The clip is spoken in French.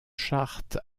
charte